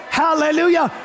hallelujah